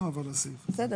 הוא מושעה אוטומטית לשנה.